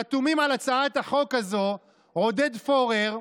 חתומים על הצעת החוק הזאת עודד פורר,